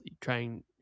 trying